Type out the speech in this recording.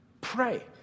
Pray